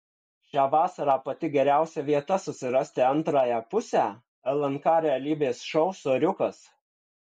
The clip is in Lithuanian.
šią vasarą pati geriausia vieta susirasti antrąją pusę lnk realybės šou soriukas